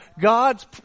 God's